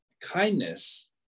kindness